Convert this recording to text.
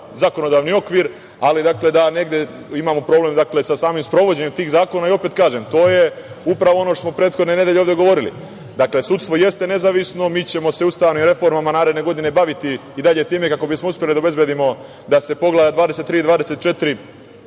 zakonodavni okvir, ali da negde imamo problem sa samim sprovođenjem tih zakona. Opet kažem, to je upravo ono što smo prethodne nedelje ovde govorili. Dakle, sudstvo jeste nezavisno, mi ćemo se ustavnim reformama naredne godine baviti i dalje time, kako bismo uspeli da obezbedimo da se Poglavlja 23 i 24